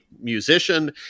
musician